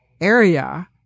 area